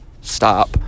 stop